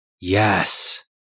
Yes